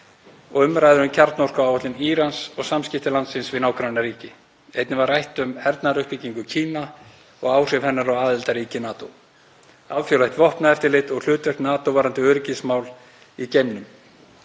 og umræður um kjarnorkuáætlun Írans og samskipti landsins við nágrannaríki. Einnig var rætt um hernaðaruppbyggingu Kína og áhrif hennar á aðildarríki NATO, alþjóðlegt vopnaeftirlit og hlutverk NATO varðandi öryggismál í geimnum.